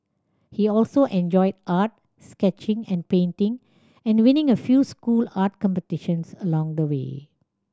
he also enjoyed art sketching and painting and winning a few school art competitions along the way